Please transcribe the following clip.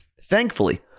Thankfully